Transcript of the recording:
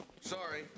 sorry